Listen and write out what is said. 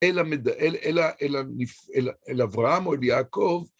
אל אברהם או אל יעקב.